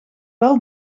wel